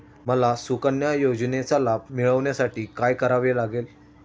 मला सुकन्या योजनेचा लाभ मिळवण्यासाठी काय करावे लागेल?